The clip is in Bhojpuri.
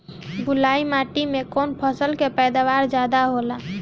बालुई माटी में कौन फसल के पैदावार ज्यादा होला?